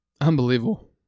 unbelievable